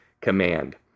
command